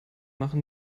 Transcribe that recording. machen